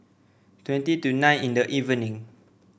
twenty to nine in the evening